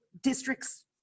districts